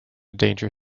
danger